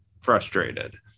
frustrated